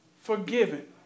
forgiven